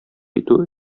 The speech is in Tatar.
итү